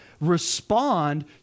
respond